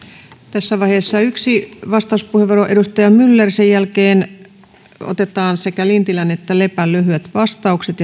tässä vaiheessa yksi vastauspuheenvuoro edustaja myller sen jälkeen otetaan sekä lintilän että lepän lyhyet vastaukset